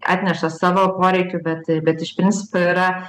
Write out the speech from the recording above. atneša savo poreikių bet bet iš principo yra